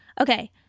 Okay